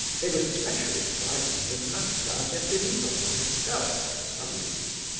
they were specially frightened of nastasia philipovna herself, for some reason.